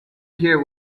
hear